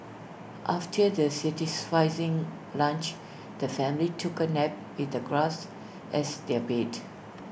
after their satisfying lunch the family took A nap with the grass as their bed